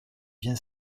bien